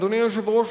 אדוני היושב-ראש,